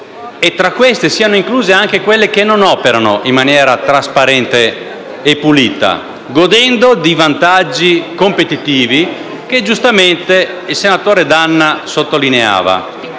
tra di esse vi siano anche quelle che non operano in maniera trasparente e pulita, godendo dei vantaggi competitivi che giustamente il senatore D'Anna sottolineava,